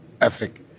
ethic